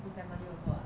with family also ah